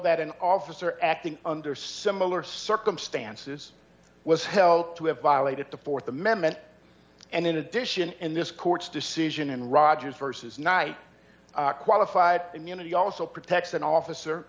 that an officer acting under similar circumstances was helped to have violated the th amendment and in addition in this court's decision in rogers versus night qualified immunity also protects an officer